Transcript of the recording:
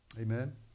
Amen